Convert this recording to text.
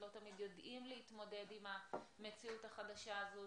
לא תמיד יודעים להתמודד עם המציאות החדשה הזאת,